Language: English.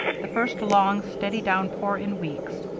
the first long, steady downpour in weeks.